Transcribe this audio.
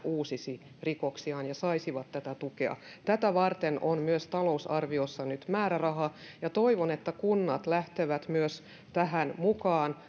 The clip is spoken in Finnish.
uusisi rikoksiaan ja saisivat tätä tukea tätä varten on myös talousarviossa nyt määräraha ja toivon että kunnat lähtevät myös tähän mukaan